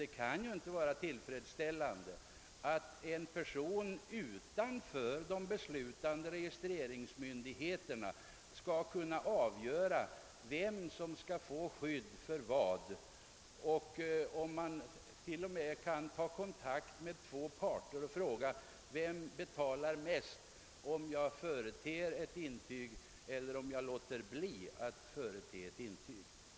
Det kan inte anses tillfredsställande att en person utanför de beslutande registreringsnyndigheterna skall kunna avgöra vem som skall få skydd för vad — någon kan t.o.m. ta kontakt med två parter: och fråga: Vem betalar mest om jag företer ett intyg eller om jag låter bli att förete ett intyg?